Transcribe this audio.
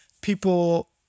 people